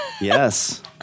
Yes